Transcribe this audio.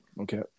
Okay